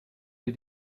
did